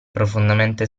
profondamente